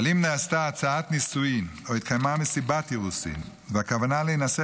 1 אם נעשתה הצעת נישואין או התקיימה מסיבת אירוסין והכוונה להינשא